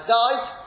died